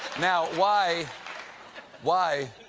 now, why why